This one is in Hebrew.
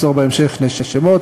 ימסור בהמשך שני שמות,